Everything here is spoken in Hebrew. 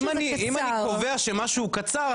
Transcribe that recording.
אם אני קובע שמשהו קצר,